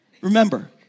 remember